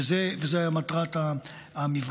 וזו הייתה מטרת המפגש.